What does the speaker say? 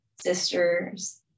sisters